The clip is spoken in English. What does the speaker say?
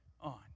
on